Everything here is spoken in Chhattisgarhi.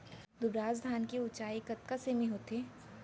दुबराज धान के ऊँचाई कतका सेमी होथे?